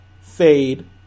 Fade